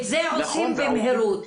את זה עושים במהירות.